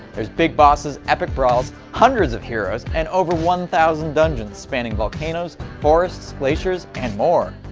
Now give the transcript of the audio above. there's big bosses, epic brawls, hundreds of heroes and over one thousand dungeons spanning volcanoes, forests, glaciers and more!